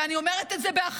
ואני אומרת את זה באחריות: